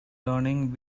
learning